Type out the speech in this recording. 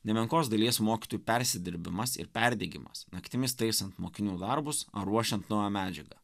nemenkos dalies mokytojų persidirbimas ir perdegimas naktimis taisant mokinių darbus ar ruošiant naują medžiagą